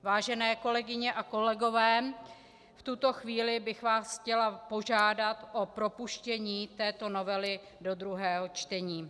Vážené kolegyně a kolegové, v tuto chvíli bych vás chtěla požádat o propuštění této novely do druhého čtení.